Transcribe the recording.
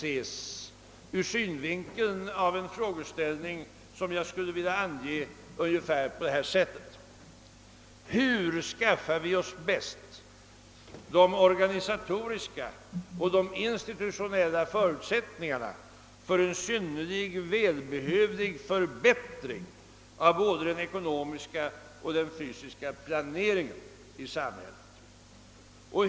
ses ur synvinkeln av en frågeställning, som jag skulle vilja ange på detta sätt: Hur skaffar vi oss bäst de organisatoriska och institutionella förutsättningarna för en synnerligen välbehövlig förbättring av både den ekonomiska och den fysiska planeringen i samhället?